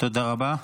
תודה רבה.